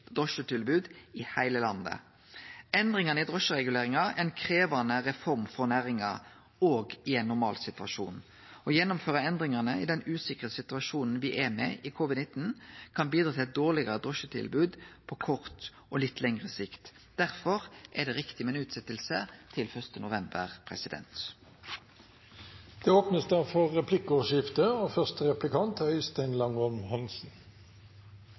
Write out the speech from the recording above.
drosjetilbod i heile landet. Endringane i drosjereguleringa er ei krevjande reform for næringa òg i ein normalsituasjon. Å gjennomføre endringane i den usikre situasjonen me er i med covid-19, kan bidra til eit dårlegare drosjetilbod på kort og litt lengre sikt. Derfor er det riktig med ei utsetjing til 1. november. Det blir replikkordskifte. Vi er